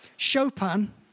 Chopin